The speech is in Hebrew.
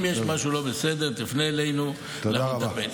אם יש משהו לא בסדר, תפנה אלינו ואנחנו נטפל.